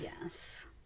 yes